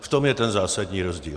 V tom je ten zásadní rozdíl.